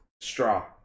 straw